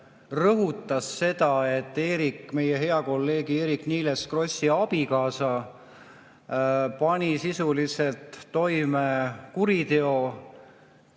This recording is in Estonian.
rõhutas seda, et meie hea kolleegi Eerik-Niiles Krossi abikaasa pani sisuliselt toime kuriteo.